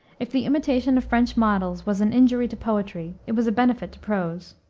if the imitation of french models was an injury to poetry it was a benefit to prose.